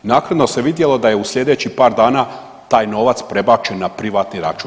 Naknadno se vidjelo da je u slijedećih par dana taj novac prebačen na privatni račun.